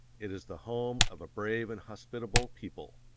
it is the home of a brave and hospitable people.